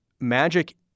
magic